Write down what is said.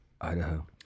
Idaho